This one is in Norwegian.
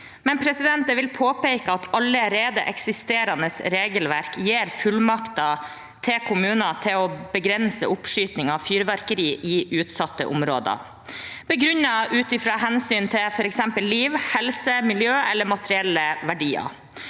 fyrverkeri. Jeg vil påpeke at allerede eksisterende regelverk gir fullmakter til kommuner til å begrense oppskyting av fyrverkeri i utsatte områder, begrunnet ut fra hensynet til f.eks. liv, helse, miljø eller materielle verdier.